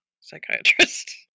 psychiatrist